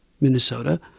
Minnesota